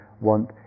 want